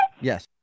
Yes